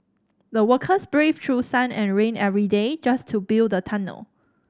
the workers braved through sun and rain every day just to build the tunnel